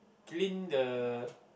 clean the